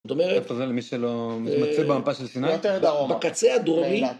זאת אומרת. איפה זה למי שלא מתמצא במפה של סיני? בקצה הדרומי.